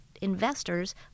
investors